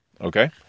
Okay